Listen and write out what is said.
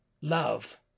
love